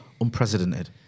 unprecedented